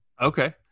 Okay